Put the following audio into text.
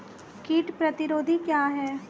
कीट प्रतिरोधी क्या है?